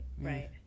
right